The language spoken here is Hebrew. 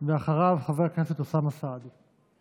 ואחריו חבר הכנסת אוסאמה סעדי.